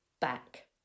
back